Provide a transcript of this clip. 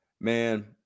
Man